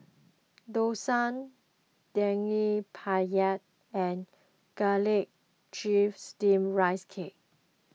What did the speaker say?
Dosa Daging Penyet and Garlic Chives Steamed Rice Cake